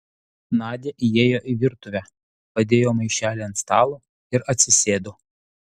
nadia įėjo į virtuvę padėjo maišelį ant stalo ir atsisėdo